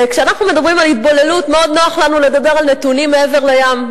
כשאנחנו מדברים על התבוללות מאוד נוח לנו לדבר על נתונים מעבר לים.